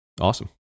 awesome